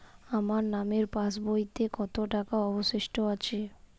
আমার নামের পাসবইতে কত টাকা অবশিষ্ট আছে?